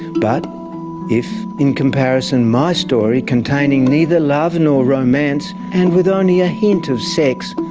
but if in comparison my story containing neither love nor romance, and with only a hint of sex,